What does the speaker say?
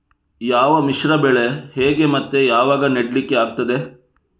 ಯಾವ ಮಿಶ್ರ ಬೆಳೆ ಹೇಗೆ ಮತ್ತೆ ಯಾವಾಗ ನೆಡ್ಲಿಕ್ಕೆ ಆಗ್ತದೆ?